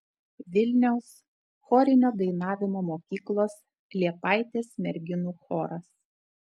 vilniaus chorinio dainavimo mokyklos liepaitės merginų choras